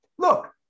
Look